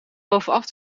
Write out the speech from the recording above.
bovenaf